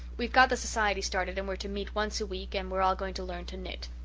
we've got the society started and we're to meet once a week, and we're all going to learn to knit.